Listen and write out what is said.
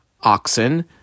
oxen